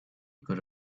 could